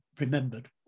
remembered